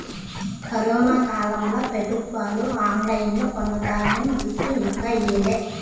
corona కాలంల పెబుత్వాలు ఆన్లైన్లో కొన్న ధాన్యం దుడ్డు ఇంకా ఈయలే